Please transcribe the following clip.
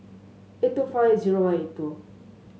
eight two five zero one eight two